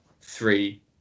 three